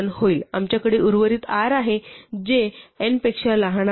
आमच्याकडे उर्वरित r आहे जे n पेक्षा लहान आहे